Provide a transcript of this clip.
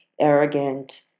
arrogant